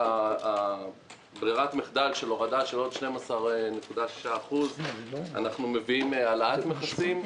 ברירת המחדל של הורדת עוד 12.6% אנחנו מביאים העלאת מכסים,